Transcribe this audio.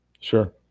Sure